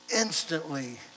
Instantly